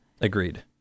Agreed